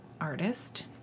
artist